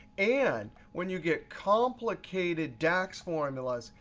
and when you get complicated dax formulas,